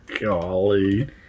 Golly